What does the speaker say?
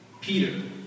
Peter